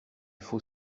faut